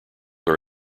are